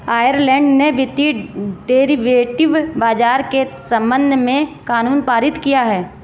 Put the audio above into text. Ireland ने वित्तीय derivative बाजार के संबंध में कानून पारित किया है